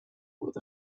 with